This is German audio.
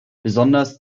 besonders